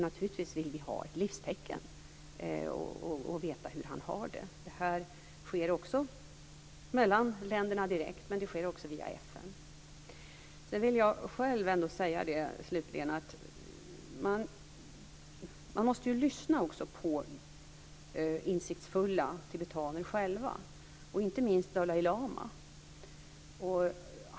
Naturligtvis vill vi ha ett livstecken och veta hur han har det. Detta sker mellan länderna direkt, men det sker också via FN. Slutligen vill jag säga att vi måste lyssna på insiktsfulla tibetaner själva, inte minst Dalai lama.